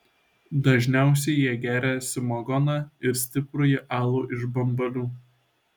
dažniausiai jie geria samagoną ir stiprųjį alų iš bambalių